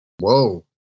Whoa